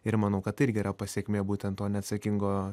ir manau kad tai irgi yra pasekmė būtent to neatsakingo